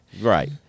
Right